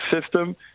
system